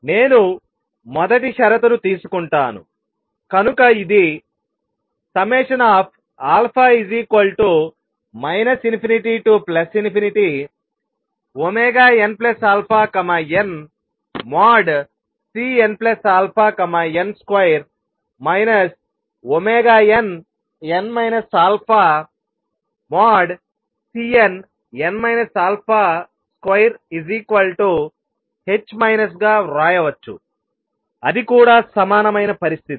నేను మొదటి షరతును తీసుకుంటాను కనుక ఇది α ∞nαn|Cnαn |2 nn α|Cnn α |2 గా వ్రాయవచ్చుఅది కూడా సమానమైన పరిస్థితి